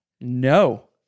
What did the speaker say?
no